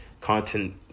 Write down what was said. content